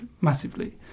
massively